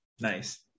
Nice